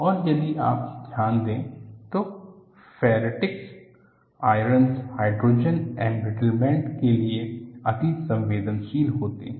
और यदि आप ध्यान दें तो फेरिटिक आयरन्स हाइड्रोजन एंब्रिटलमेंट के लिए अतिसंवेदनशील होते हैं